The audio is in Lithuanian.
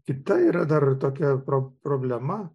kita yra dar tokia pro problema